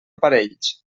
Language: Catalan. aparells